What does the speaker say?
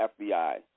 FBI